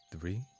three